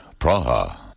Praha